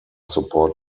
support